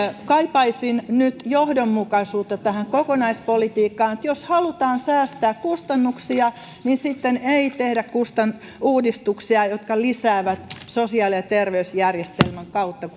kaipaisin nyt johdonmukaisuutta tähän kokonaispolitiikkaan jos halutaan säästää kustannuksia niin sitten ei tehdä uudistuksia jotka lisäävät sosiaali ja terveysjärjestelmän kautta